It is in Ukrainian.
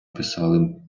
писали